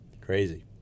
Crazy